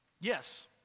yes